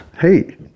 hey